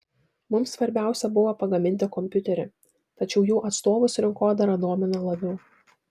mums svarbiausia buvo pagaminti kompiuterį tačiau jų atstovus rinkodara domina labiau